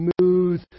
smooth